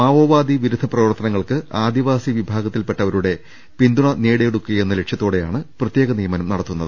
മാവോവാദി വിരുദ്ധ പ്രവർത്തനങ്ങൾക്ക് ആദിവാസി വിഭാഗത്തിൽപ്പെട്ടവരുടെ പിന്തുണ നേടിയെടുക്കുക എന്ന ലക്ഷ്യത്തോടെയാണ് പ്രത്യേക നിയമനം നടത്തുന്നത്